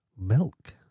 Milk